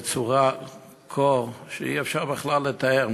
בצורה שאי-אפשר בכלל לתאר.